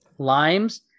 Limes